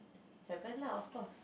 heaven lah of course